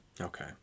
Okay